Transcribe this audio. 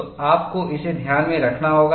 तो आपको इसे ध्यान में रखना होगा